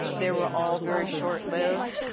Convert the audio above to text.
they were all very short lived.